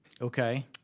Okay